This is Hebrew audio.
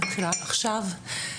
מתחילה עכשיו.